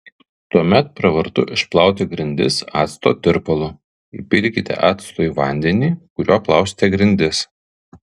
tuomet pravartu išplauti grindis acto tirpalu įpilkite acto į vandenį kuriuo plausite grindis